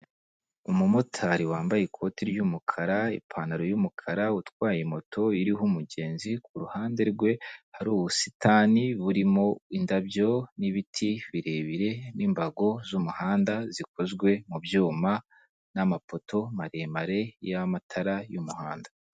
Umumotari wambaye ikoti ry'umukara, ipantaro y'umukara utwaye moto iriho umugenzi ku ruhande rwe hari ubusitani burimo indabyo n'ibiti birebire n'imbago z'umuhanda zikozwe mu byuma n'amapoto maremare y'amatara y'umuhanda.